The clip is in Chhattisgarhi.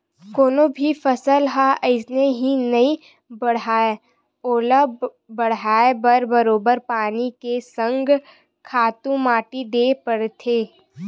कोनो भी फसल ह अइसने ही नइ बाड़हय ओला बड़हाय बर बरोबर पानी के संग खातू माटी देना परथे